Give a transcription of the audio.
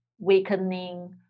weakening